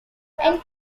and